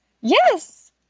Yes